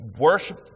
worship